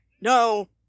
no